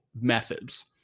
methods